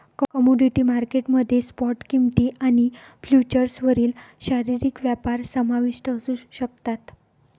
commodity market मध्ये spot किंमती आणि फ्युचर्सवरील शारीरिक व्यापार समाविष्ट असू शकतात